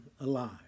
alive